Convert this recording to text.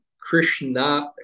Krishna